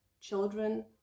children